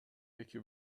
эки